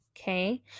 okay